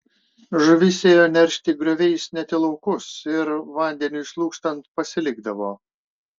žuvis ėjo neršti grioviais net į laukus ir vandeniui slūgstant pasilikdavo